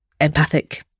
empathic